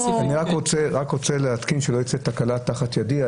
שלא תצא תקלה תחת ידי,